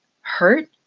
hurt